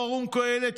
פורום קהלת,